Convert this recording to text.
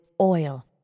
oil